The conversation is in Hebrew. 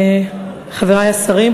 חברי השרים,